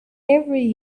every